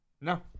No